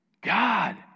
God